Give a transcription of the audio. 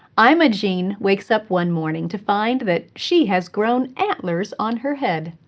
imogene wakes up one morning to find that she has grown antlers on her head.